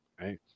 right